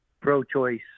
pro-choice